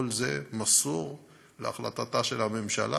כל זה מסור להחלטתה של הממשלה,